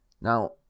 now